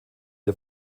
der